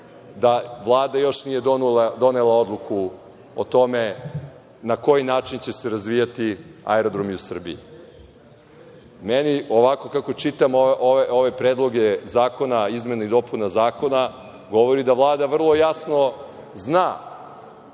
da Vlada još nije donela odluku o tome na koji način će se razvijati aerodromi u Srbiji. Meni ovako kako čitam ove predloge zakona, izmene i dopune zakona, govori da Vlada vrlo jasno zna